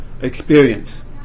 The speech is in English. experience